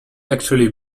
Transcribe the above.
actually